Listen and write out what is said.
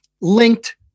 linked